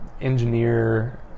engineer